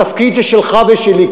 התפקיד זה שלך ושלי,